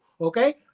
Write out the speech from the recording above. okay